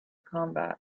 combat